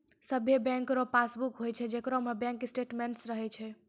सभे बैंको रो पासबुक होय छै जेकरा में बैंक स्टेटमेंट्स रहै छै